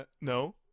no